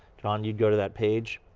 john, you'd go to that page,